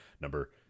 number